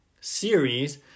series